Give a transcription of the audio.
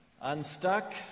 Unstuck